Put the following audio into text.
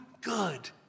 good